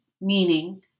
meaning